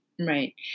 right